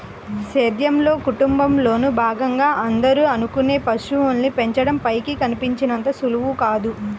సేద్యంలో, కుటుంబంలోను భాగంగా అందరూ అనుకునే పశువుల్ని పెంచడం పైకి కనిపించినంత సులువు కాదు